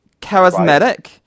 charismatic